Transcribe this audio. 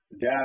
Dad